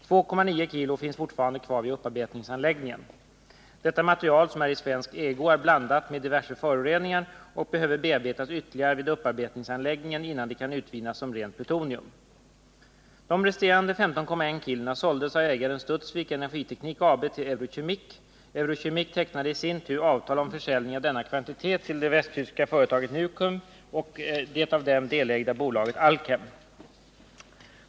2,9 kg finns fortfarande kvar vid upparbetningsanläggningen. Detta material som är i svensk ägo är blandat med diverse föroreningar och behöver bearbetas ytterligare vid upparbetningsanläggningen innan det kan utvinnas som rent plutonium.